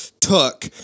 took